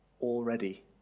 already